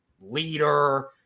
leader